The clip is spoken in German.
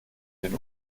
den